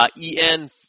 EN